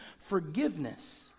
forgiveness